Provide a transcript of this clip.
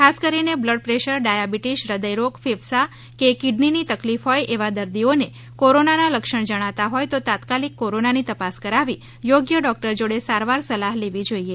ખાસ કરીને blood pressure diabetes હ્રદય રોગ ફેફસા કે કિડનીની તકલીફ હોય એવા દર્દીઓને કોરોનાનાં લક્ષણ જણાતા હોય તો તાત્કાલિક કોરોનાની તપાસ કરાવી યોગ્ય ડોક્ટર જોડે સારવાર સલાહ લેવી જોઇએ